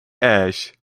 ash